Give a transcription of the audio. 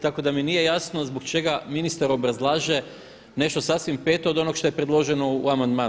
Tako da mi nije jasno zbog čega ministar obrazlaže nešto sasvim peto od onog što je predloženo u amandmanu.